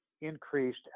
increased